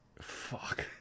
Fuck